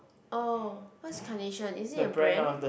oh what's Carnation it is a brand